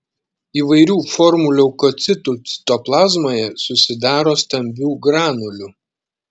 įvairių formų leukocitų citoplazmoje susidaro stambių granulių